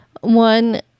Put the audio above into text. one